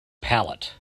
pallet